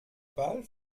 ball